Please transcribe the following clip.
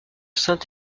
saint